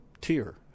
tier